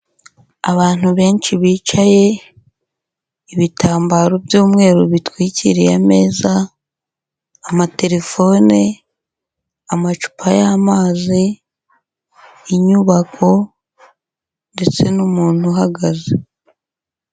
Abantu benshi bicaye, ibitambaro by'umweru bitwikiriye ameza, amaterefone, amacupa y'amazi, inyubako ndetse n'umuntu uhagaze.